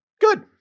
Good